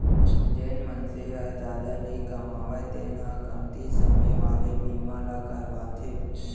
जेन मनसे ह जादा नइ कमावय तेन ह कमती समे वाला बीमा ल करवाथे